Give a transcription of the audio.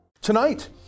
Tonight